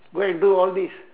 go and do all this